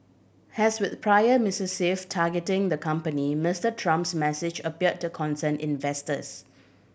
has with prior missive targeting the company Mister Trump's message appeared to concern investors